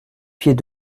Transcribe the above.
pieds